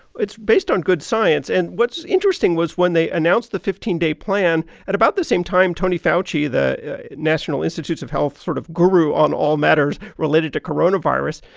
it's based on good science. and what's interesting was when they announced the fifteen day plan, at about the same time, tony fauci, the national institutes of health sort of guru on all matters related to coronavirus,